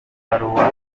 baruwa